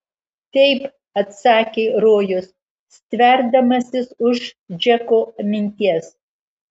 taip atsakė rojus stverdamasis už džeko minties